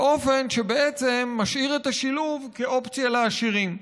באופן שמשאיר את השילוב כאופציה לעשירים.